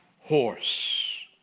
horse